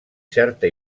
certa